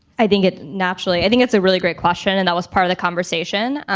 i think it naturally i think it's a really great question. and that was part of the conversation.